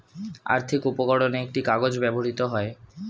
আর্থিক উপকরণে একটি কাগজ ব্যবহৃত হয়